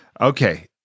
Okay